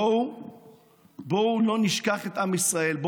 בואו לא נשכח את עם ישראל,